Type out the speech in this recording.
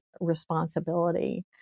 responsibility